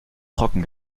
trocken